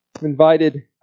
Invited